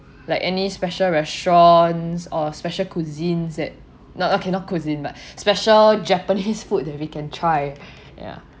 like any special restaurants or special cuisines that not cannot cuisine but special japanese food that we can try ya